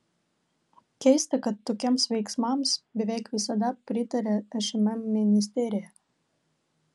keista kad tokiems veiksmams beveik visada pritaria šmm ministerija